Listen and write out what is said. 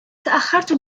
تأخرت